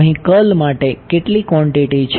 અહીં કર્લ માટે કેટલી ક્વોંટિટી છે